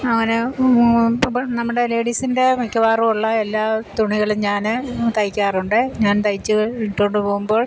അങ്ങനെ നമ്മുടെ ലേഡീസിൻ്റെ മിക്കവാറും ഉള്ള എല്ലാ തുണികളും ഞാൻ തയ്ക്കാറുണ്ട് ഞാൻ തയ്ച്ച് ഇട്ടുകൊണ്ട് പോവുമ്പോൾ